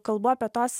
kalbu apie tuos